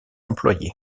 employé